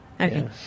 Okay